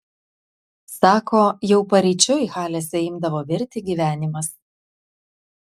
sako jau paryčiui halėse imdavo virti gyvenimas